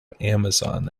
amazon